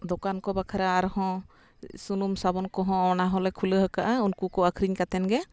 ᱫᱚᱠᱟᱱ ᱠᱚ ᱵᱟᱠᱷᱨᱟ ᱟᱨᱦᱚᱸ ᱥᱩᱱᱩᱢ ᱥᱟᱵᱚᱱ ᱠᱚᱦᱚᱸ ᱚᱱᱟ ᱦᱚᱸᱞᱮ ᱠᱷᱩᱞᱟᱹᱣ ᱟᱠᱟᱜᱼᱟ ᱩᱱᱠᱩ ᱠᱚ ᱟᱠᱷᱨᱤᱧ ᱠᱟᱛᱮᱱ ᱜᱮ